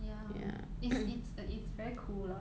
ya it's it's the it's very cool lah